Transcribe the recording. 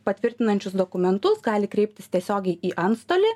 patvirtinančius dokumentus gali kreiptis tiesiogiai į antstolį